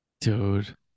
Dude